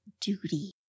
duty